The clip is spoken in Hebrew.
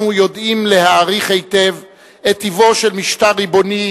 אנחנו יודעים להעריך היטב את טיבו של משטר ריבוני,